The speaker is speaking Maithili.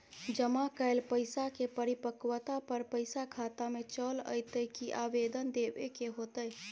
जमा कैल पैसा के परिपक्वता पर पैसा खाता में चल अयतै की आवेदन देबे के होतै?